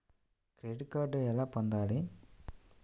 Credit card ఎలా పొందాలి?